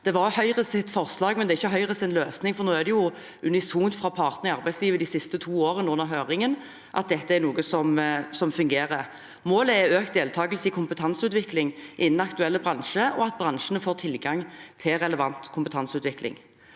Det var Høyres forslag, men det er ikke Høyres løsning, for nå er det unisont fra partene i arbeidslivet de siste to årene under høring at dette er noe som fungerer. Målet er økt deltakelse i kompetanseutvikling innenfor aktuelle bransjer, og at bransjene får tilgang til relevant kompetanseutvikling.